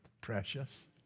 precious